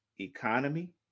economy